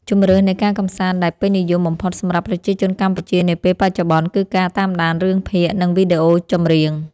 ជម្រើសនៃការកម្សាន្តដែលពេញនិយមបំផុតសម្រាប់ប្រជាជនកម្ពុជានាពេលបច្ចុប្បន្នគឺការតាមដានរឿងភាគ និងវីដេអូចម្រៀង។